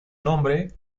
nombre